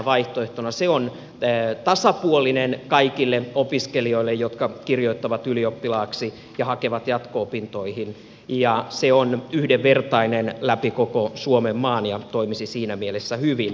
se on tasapuolinen kaikille opiskelijoille jotka kirjoittavat ylioppilaaksi ja hakevat jatko opintoihin ja se on yhdenvertainen läpi koko suomenmaan ja toimisi siinä mielessä hyvin